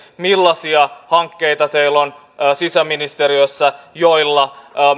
millaisia hankkeita teillä sisäministeriössä on joilla